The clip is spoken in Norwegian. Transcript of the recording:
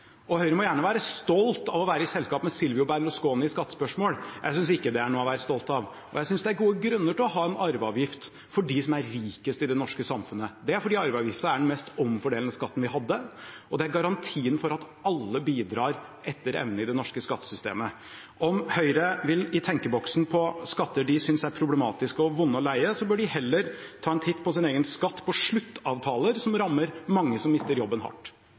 Berlusconi. Høyre må gjerne være stolt av å være i selskap med Silvio Berlusconi i skattespørsmål; jeg synes ikke det er noe å være stolt av. Jeg synes det er gode grunner til å ha en arveavgift for dem som er rikest i det norske samfunnet. Det er fordi arveavgiften er den mest omfordelende skatten vi hadde, og det er garantien for at alle bidrar etter evne i det norske skattesystemet. Om Høyre vil i tenkeboksen på skatter de synes er problematiske og vonde og leie, bør de heller ta en titt på sin egen skatt på sluttavtaler, som rammer mange som mister jobben, hardt.